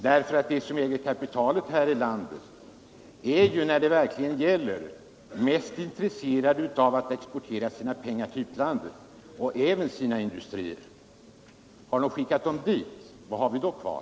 De som äger kapitalet här i landet är ju, när det verkligen gäller, mest intresserade av att exportera sina pengar och även sina industrier till utlandet. Har man skickat dem dit, vad har vi då kvar?